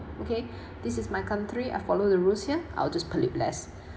okay this is my country I follow the rules here I'll just pollute less